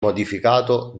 modificato